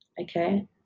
Okay